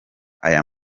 ayo